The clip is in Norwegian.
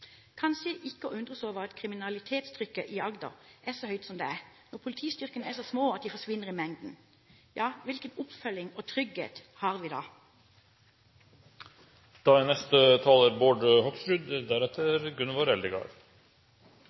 Kanskje er det ikke til å undres over at kriminalitetstrykket i Agder er så høyt som det er, når politistyrkene er så små at de forsvinner i mengden? Hvilken oppfølging og trygghet har vi da? At det er